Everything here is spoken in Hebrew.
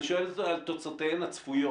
אני שואל על תוצאותיהן הצפויות.